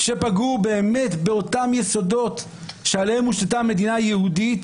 שפגעו באמת באותם יסודות שעליהם הושתתה המדינה היהודית,